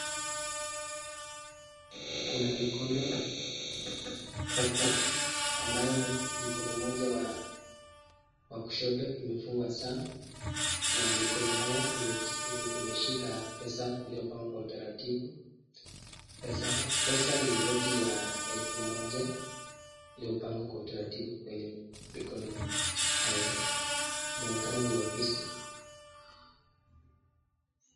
Kuna mkono ambayo mkono moja wa kushoto imefungwaa saa na mikono haya imeshika pesa iliopangwa kwa utaratibu pesa ni noti elfu moja iliopangwa kwa utaratibu kwenye mikono hayo inaonekana ni ofisi.